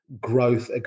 growth